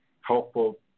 helpful